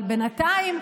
אבל בינתיים,